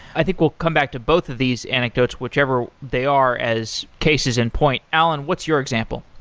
i think we'll come back to both of these anecdotes, whichever they are as cases and point. allan, what's your example?